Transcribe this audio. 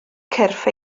cyrff